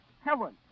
Heaven